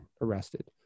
arrested